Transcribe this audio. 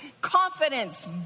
confidence